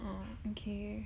orh okay